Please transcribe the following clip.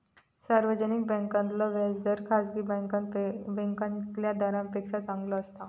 सार्वजनिक बॅन्कांतला व्याज दर खासगी बॅन्कातल्या दरांपेक्षा चांगलो असता